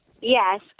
Yes